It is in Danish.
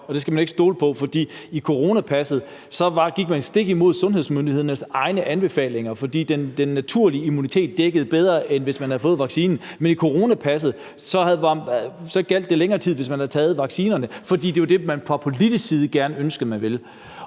og at man ikke skal stole på dem. For med coronapasset gik man stik imod sundhedsmyndighedernes egne anbefalinger, for den naturlige immunitet dækkede bedre, end hvis man havde fået vaccinen. Men coronapasset gjaldt længere tid, hvis man havde taget vaccinerne, fordi det var det, der fra politisk side blev ønsket, at man ville